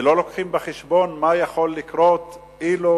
ולא מביאים בחשבון מה יכול היה לקרות אילו